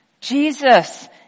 Jesus